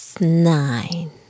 Nine